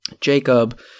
Jacob